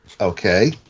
Okay